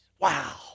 Wow